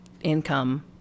income